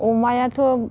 अमायाथ'